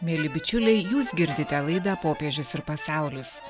mieli bičiuliai jūs girdite laidą popiežius ir pasaulis